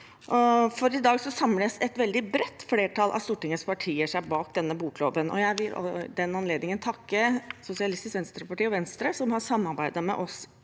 for i dag samler et veldig bredt flertall av Stortingets partier seg bak denne bokloven. Jeg vil i den anledningen takke Sosialistisk Venstreparti og Venstre, som har samarbeidet med oss